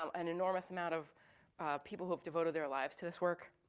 um an enormous amount of people who've devoted their lives to this work,